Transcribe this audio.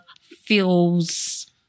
feels